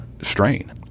strain